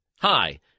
Hi